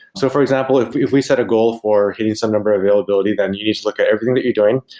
so for example, if if we set a goal for hitting some number of availability, then you need to look at everything that you're doing,